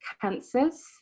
cancers